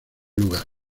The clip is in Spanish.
lugar